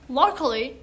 luckily